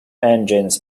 engines